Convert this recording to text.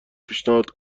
پیشنهاد